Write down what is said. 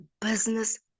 business